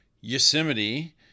Yosemite